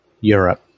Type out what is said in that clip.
Europe